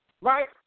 right